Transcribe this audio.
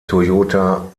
toyota